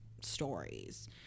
stories